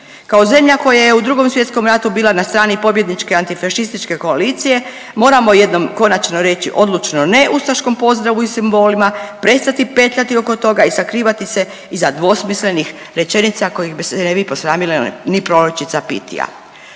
Kao zemlja koja je u Drugom svjetskom ratu bila na strani pobjedničke antifašističke koalicije moramo jednom konačno reći odlučno ne ustaškom pozdravu i simbolima, prestati petljati oko toga i sakrivati se iza dvosmislenih rečenica kojih se ne bi posramila ni proročica Pitija.